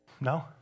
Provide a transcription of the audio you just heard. No